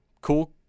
Cool